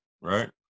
right